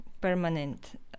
permanent